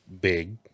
big